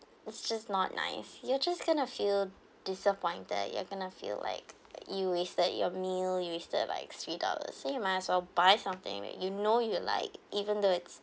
it's just not nice you are just going to feel disappointed you are going to feel like you wasted your meal you wasted like three dollars same ah so buy something that you know you like even though it's